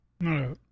No